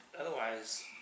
otherwise